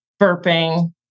burping